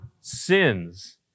sins